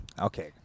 okay